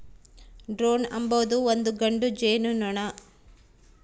drone ಅಂಬೊದು ಒಂದು ಗಂಡು ಜೇನುನೊಣ